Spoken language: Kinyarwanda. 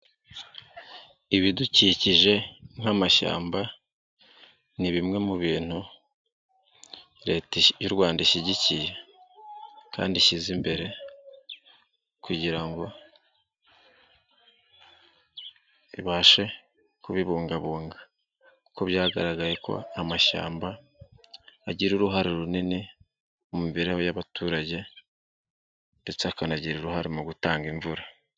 Ibidukikije nk'amashyamba ni bimwe mu bintu leta y'u Rwanda ishyigikiye kandi ishyize imbere. Kugira ibashe kubibungabunga kuko byagaragaye ko amashyamba agira uruhare runini mu mibereho y'abaturage, ndetse akanagira uruhare mu gutanga imvura.